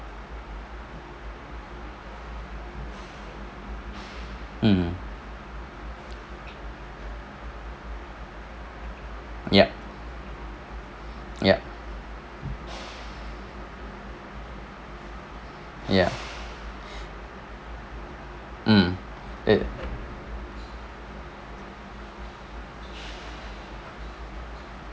mm yup yup ya mm uh ya